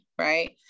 right